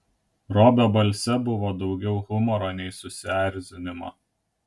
robio balse buvo daugiau humoro nei susierzinimo